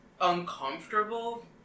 uncomfortable